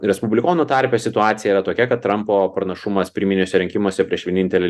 respublikonų tarpe situacija yra tokia kad trampo pranašumas pirminiuose rinkimuose prieš vienintelį